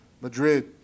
Madrid